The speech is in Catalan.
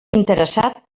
interessat